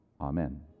Amen